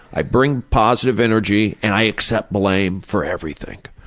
i bring positive energy, and i accept blame for everything.